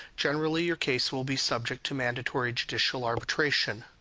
generally your case will be subject to mandatory judicial arbitration.